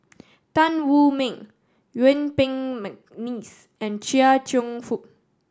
Tan Wu Meng Yuen Peng McNeice and Chia Cheong Fook